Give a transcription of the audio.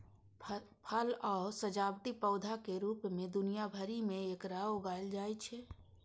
फल आ सजावटी पौधाक रूप मे दुनिया भरि मे एकरा उगायल जाइ छै